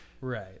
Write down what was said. Right